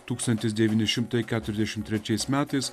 tūkstantis devyni šimtai keturiasdešim trečiais metais